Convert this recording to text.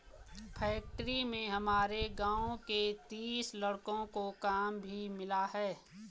factory में हमारे गांव के तीस लड़कों को काम भी मिला है